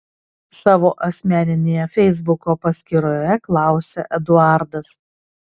savo asmeninėje feisbuko paskyroje klausia eduardas